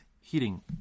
heating